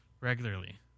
regularly